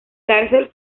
cárcel